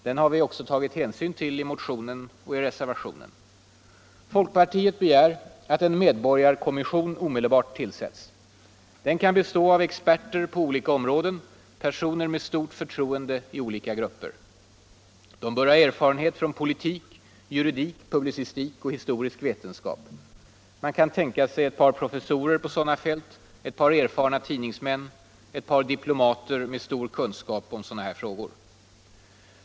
Den har vi också tagit hänsyn till i motionen och i reservationen. Folkpartiet begär att en medborgarkommission omedelbart tillsätts. Den kan bestå av experter på olika områden, personer med stort förtroende i olika grupper. De bör ha erfarenhet från politik, juridik, publicistik och historisk vetenskap. Man kan tänka sig ett par professorer på sådana fält, ett par erfarna tidningsmän, ett par diplomater med stor kunskap om sådana här frågor.